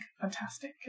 fantastic